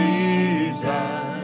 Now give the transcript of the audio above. Jesus